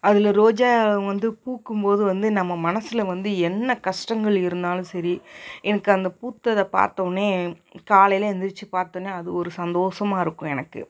அதில் ரோஜா வந்து பூக்கும்போது வந்து நம்ம மனசில் வந்து என்ன கஷ்டங்கள் இருந்தாலும் சரி எனக்கு அந்த பூத்ததை பார்த்தோன்னே காலையில் எந்திரிச்சு பார்த்தோன்னே அது ஒரு சந்தோஷமாக இருக்கும் எனக்கு